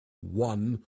one